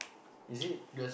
is it